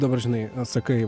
dabar žinai sakai